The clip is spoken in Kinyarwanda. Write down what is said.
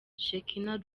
shekinah